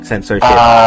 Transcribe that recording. Censorship